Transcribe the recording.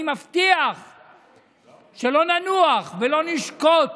אני מבטיח שלא ננוח ולא נשקוט